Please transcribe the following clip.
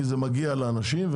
כי זה מגיע לאנשים.